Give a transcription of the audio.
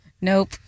Nope